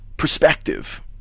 Perspective